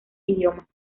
idiomas